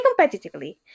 competitively